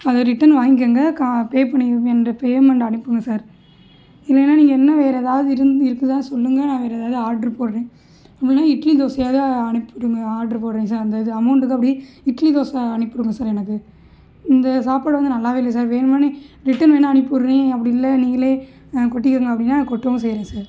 அதை ரிட்டன் வாங்கிக்குங்க கா பே பண்ணிடுங்க பேமெண்ட் அனுப்புங்க சார் இல்லைனா நீங்கள் இன்னும் வேறே ஏதாவது இருந் இருக்குதா சொல்லுங்கள் நான் வேறே ஏதாவது ஆர்டர் போடுகிறேன் இல்லைனா இட்லி தோசையாவது அனுப்பிவிடுங்க ஆர்டர் போடுகிறேன் சார் அந்த இது அமௌண்ட்டுக்கு அப்படியே இட்லி தோசை அனுப்பி விடுங்க சார் எனக்கு இந்த சாப்பாடு வந்து நல்லாவே இல்லை சார் வேணுனால் ரிட்டன் வேணால் அனுப்பி விடுறேன் அப்படி இல்லை நீங்களே கொட்டிக்கங்க அப்படினால் நான் கொட்டவும் செய்கிறேன் சார்